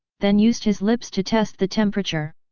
then used his lips to test the temperature.